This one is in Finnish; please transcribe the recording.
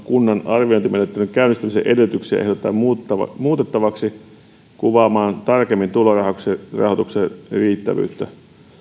kunnan arviointimenettelyn käynnistämisen edellytyksiä ehdotetaan muutettavaksi kuvaamaan tarkemmin tulorahoituksen riittävyyttä